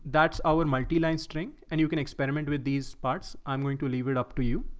that's our multiline string and you can experiment with these parts. i'm going to leave it up to you.